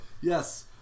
yes